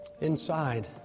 inside